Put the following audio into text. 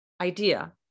idea